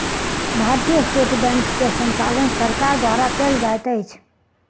भारतीय state bank के संचालन सरकार द्वारा कयल जाइत अछि